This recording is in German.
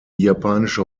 japanische